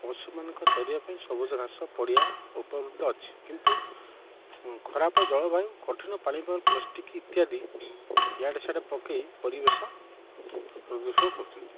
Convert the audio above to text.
ପଶୁମାନଙ୍କ ଚରିବା ପାଇଁ ସବୁଜ ଘାସ ପଡ଼ିଆ ଉପଯୁକ୍ତ ଅଛି କିନ୍ତୁ ଖରାପ ଜଳବାୟୁ କଠିନ ପାଣିପାଗ ପ୍ଲାଷ୍ଟିକ୍ ଇତ୍ୟାଦି ଏଆଡ଼େ ସେଆଡ଼େ ପକେଇ ପରିବେଶ ପ୍ରଦୂଷଣ କରୁଛନ୍ତି